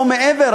לא מעבר,